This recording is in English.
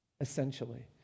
essentially